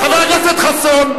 חבר הכנסת חסון.